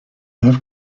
have